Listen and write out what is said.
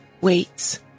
waits